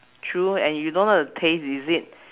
true and you don't know the taste is it